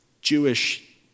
Jewish